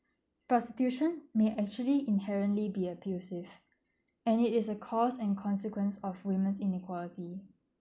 prostitution may actually inherently be abusive and it is a cause and consequence of women inequality